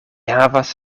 havas